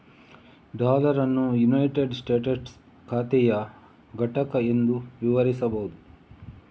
dollar ಅನ್ನು united ಸ್ಟೇಟಸ್ಸಿನ ಖಾತೆಯ ಘಟಕ ಎಂದು ವಿವರಿಸಬಹುದು